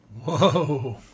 Whoa